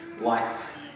life